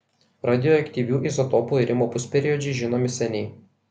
radioaktyvių izotopų irimo pusperiodžiai žinomi seniai